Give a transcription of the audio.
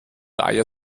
eier